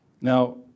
Now